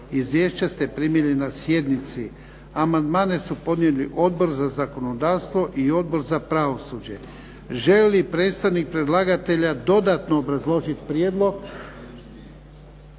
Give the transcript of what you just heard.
Izvješća ste primili na sjednici. Amandmane su podnijeli Odbor za zakonodavstvo i Odbor za pravosuđe. Želi li predstavnik predlagatelja dodatno obrazložiti prijedlog?